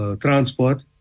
transport